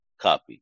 copy